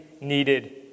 needed